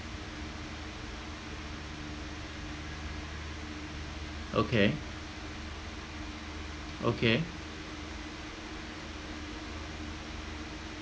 okay okay